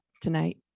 tonight